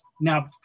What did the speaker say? now